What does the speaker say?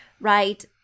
right